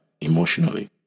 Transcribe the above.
emotionally